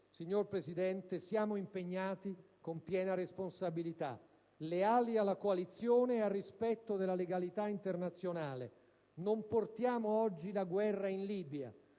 signor Presidente, siamo impegnati con piena responsabilità, leali alla coalizione e al rispetto della legalità internazionale. Oggi non portiamo la guerra in Libia;